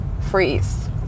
freeze